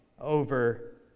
over